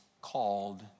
called